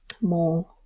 more